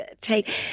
take